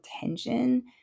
tension